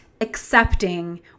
accepting